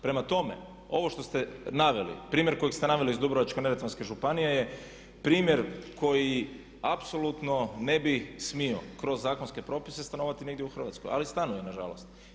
Prema tome, ovo što ste naveli, primjer kojeg ste naveli iz Dubrovačko-neretvanske županije je primjer koji apsolutno ne bi smio kroz zakonske propise stanovati negdje u Hrvatskoj ali stanuje nažalost.